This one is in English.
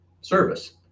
service